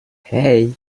hey